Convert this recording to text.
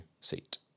seat